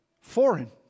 foreign